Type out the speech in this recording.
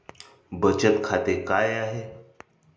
बचत खाते काय आहे?